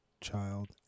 child